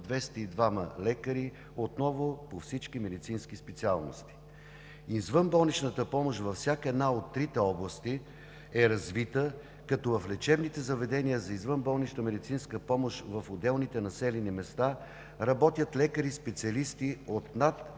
202 лекари, отново по всички медицински специалности. Извънболничната помощ във всяка една от трите области е развита, като в лечебните заведения за извънболнична медицинска помощ в отделните населени места работят лекари и специалисти от над 20